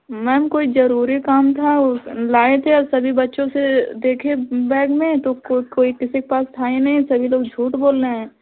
ma'am कोई जरूरी काम था लाये थे और सभी बच्चों से देखे बैग में तो कोई किसी के पास था ही नहीं सब लोग झूठ बोल रहे हैं